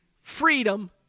freedom